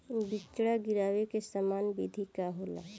बिचड़ा गिरावे के सामान्य विधि का होला?